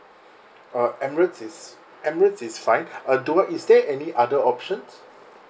uh emirates is emirates is fine uh do I is there any other options